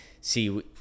see